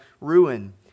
ruin